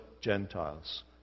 Gentiles